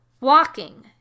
Walking